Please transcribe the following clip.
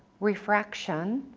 refraction,